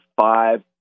five